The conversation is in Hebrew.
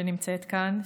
שנמצאת כאן,